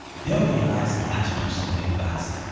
dell realized he had to do something fast.